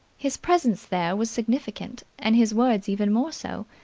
his presence there was significant, and his words even more so.